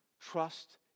trust